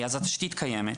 אז התשתית קיימת.